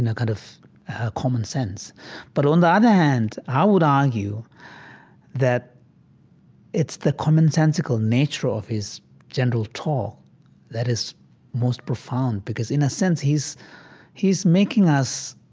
and kind of common sense but on the other hand, i would argue that it's the commonsensical nature of his gentle talk that is most profound. profound. because, in a sense, he's he's making us